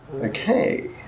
Okay